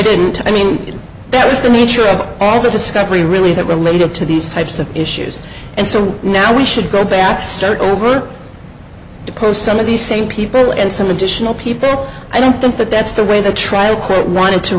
didn't i mean that was the nature of the discovery really that related to these types of issues and so now we should go back start over depose some of these same people and some additional people i don't think that that's the way the trial court wanted to